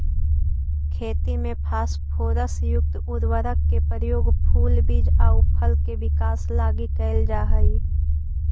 खेती में फास्फोरस युक्त उर्वरक के प्रयोग फूल, बीज आउ फल के विकास लगी कैल जा हइ